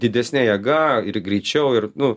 didesne jėga ir greičiau ir nu